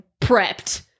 prepped